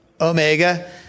Omega